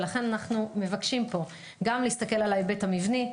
לכן אנו מבקשים פה גם להסתכל גם על ההיבט המבני,